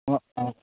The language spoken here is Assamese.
অঁ অঁ